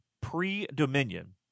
pre-Dominion